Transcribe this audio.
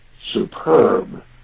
superb